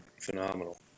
Phenomenal